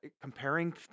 comparing